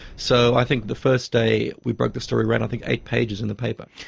so i think the first day we broke the story ran i think eight pages in the paper.